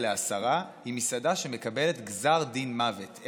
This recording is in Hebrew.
לעשרה היא מסעדה שמקבלת גזר דין מוות,